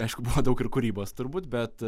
aišku buvo daug ir kūrybos turbūt bet